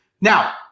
Now